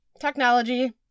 technology